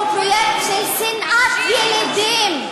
הוא פרויקט של שנאת ילידים,